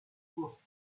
courses